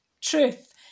truth